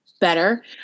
better